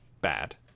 Bad